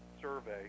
survey